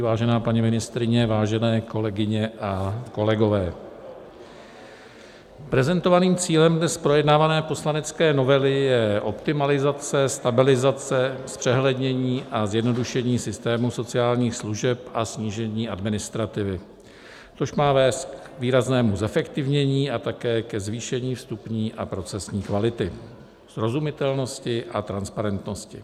Vážená paní ministryně, vážené kolegyně a kolegové, prezentovaným cílem dnes projednávané poslanecké novely je optimalizace, stabilizace, zpřehlednění a zjednodušení systému sociálních služeb a snížení administrativy, což má vést k výraznému zefektivnění a také ke zvýšení vstupní a procesní kvality, srozumitelnosti a transparentnosti.